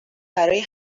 برای